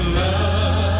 love